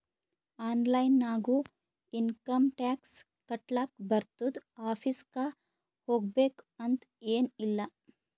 online ನಾಗು income tax ಕಟ್ಲಾಕ್ ಬರ್ತುದ್ ಆಫೀಸ್ಗ ಹೋಗ್ಬೇಕ್ ಅಂತ್ ಎನ್ ಇಲ್ಲ